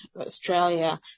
Australia